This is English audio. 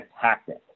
tactic